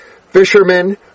Fishermen